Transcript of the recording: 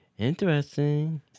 Interesting